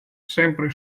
sempre